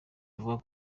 bivugwa